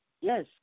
Yes